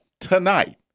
tonight